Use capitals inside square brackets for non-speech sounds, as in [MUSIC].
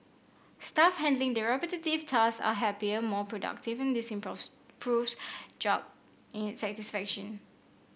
staff handling the repetitive tasks are happier more productive and this imports proves job in [UNINTELLIGIBLE] satisfaction